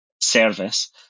service